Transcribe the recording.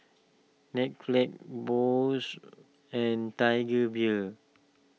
Bose and Tiger Beer